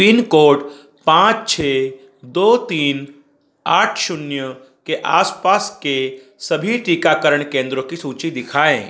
pin code पाँच छः दो तीन आठ शून्य के आस पास के सभी टीकाकरण केंद्रो की सूची दिखाएँ